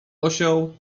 osioł